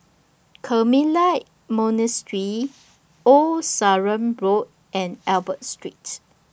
Carmelite Monastery Old Sarum Road and Albert Street